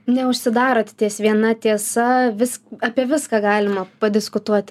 neužsidarot ties viena tiesa vis apie viską galima padiskutuot